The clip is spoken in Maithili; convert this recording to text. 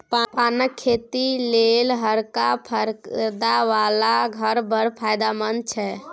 पानक खेती लेल हरका परदा बला घर बड़ फायदामंद छै